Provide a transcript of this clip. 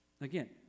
again